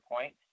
point